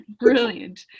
brilliant